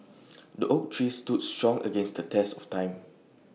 the oak tree stood strong against the test of time